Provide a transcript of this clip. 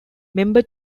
member